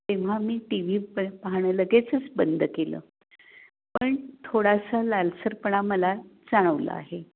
तेव्हा मी T V ब पाहणं लगेचच बंद केलं पण थोडासा लालसरपणा मला जाणवला आहे